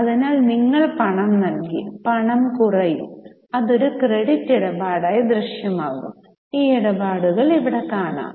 അതിനാൽ നിങ്ങൾ പണം നൽകി പണം കുറയും അത് ഒരു ക്രെഡിറ്റ് ഇടപാടായി ദൃശ്യമാകും ഈ ഇടപാടുകൾ ഇവിടെ കാണാം